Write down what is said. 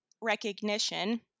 recognition